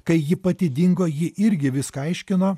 kai ji pati dingo ji irgi viską aiškino